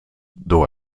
door